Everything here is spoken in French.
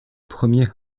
premier